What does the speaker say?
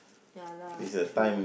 ya lah true